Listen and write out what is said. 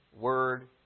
word